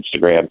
Instagram